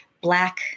black